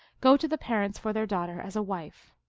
go to the parents for their daughter as a wife.